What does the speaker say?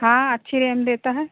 हाँ अच्छी रैम देता है